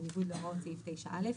בניגוד להוראות סעיף 9(א).